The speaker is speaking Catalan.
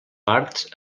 parts